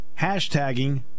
hashtagging